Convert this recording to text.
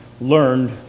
learned